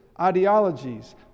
ideologies